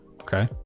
okay